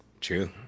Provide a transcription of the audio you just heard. True